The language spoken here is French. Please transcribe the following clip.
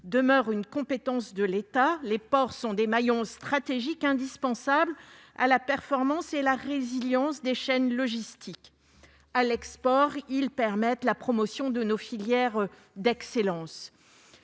demeurent une compétence de l'État. Les ports sont des maillons stratégiques indispensables à la performance et à la résilience des chaînes logistiques. À l'export, ils permettent la promotion de nos filières d'excellence.